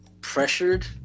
pressured